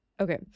okay